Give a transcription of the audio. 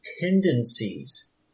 tendencies